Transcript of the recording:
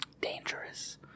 dangerous